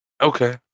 Okay